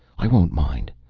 i won't mind.